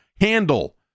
handle